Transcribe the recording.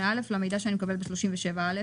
38(א) ובין המידע שהוא מקבל בסעיף 37(א)?